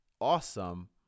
awesome